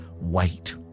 Wait